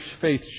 faith